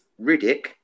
Riddick